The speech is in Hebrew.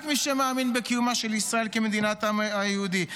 רק מי שמאמין בקיומה של ישראל כמדינת העם היהודי.